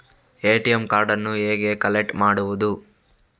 ATM ಕಾರ್ಡನ್ನು ಹೇಗೆ collect ಮಾಡುವುದು?